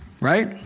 right